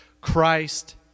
Christ